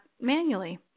manually